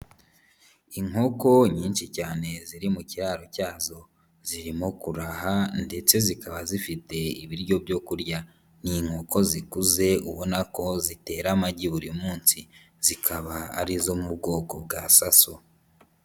Inkoko nyinshi cyane ziri mu kiraro cyazo, zirimo kuha ndetse zikaba zifite ibiryo byo kurya, ni inkoko zikuze ubona ko zitera amagi buri munsi, zikaba ari izo mu bwoko bwa saso.